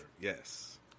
yes